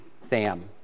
Sam